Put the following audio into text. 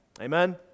Amen